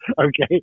okay